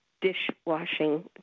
dishwashing